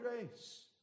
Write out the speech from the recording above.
grace